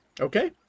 Okay